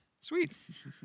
Sweet